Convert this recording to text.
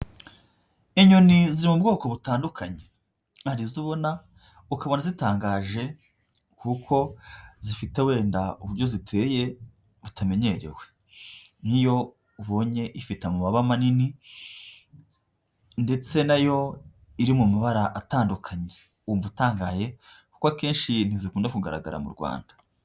Inyoni ziba mu bwoko butandukanye, harizo ubona ukabona zitangaje kuko zifite wenda uburyo ziteye butamenyerewe, n'iyo ubonye ifite amababa manini ndetse na yo iri mu mabara atandukanye, wumva utangaye kuko akenshi ntizikunda kugaragara mu Rwanda.